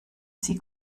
sie